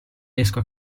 riesco